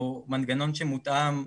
הוא מנגנון שמותאם,